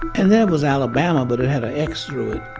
and there was alabama, but it had an x through it.